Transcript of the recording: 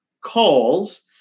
calls